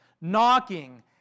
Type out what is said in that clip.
knocking